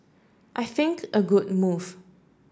I think a good move